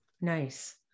Nice